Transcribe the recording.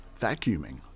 vacuuming